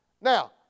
Now